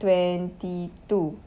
twenty two